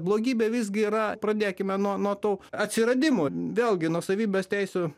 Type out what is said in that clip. blogybė visgi yra pradėkime nuo nuo to atsiradimo vėlgi nuosavybės teisių